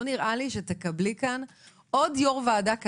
לא נראה לי שתקבלי כאן עוד יו"ר ועדה כזה,